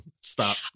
Stop